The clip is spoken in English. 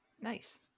Nice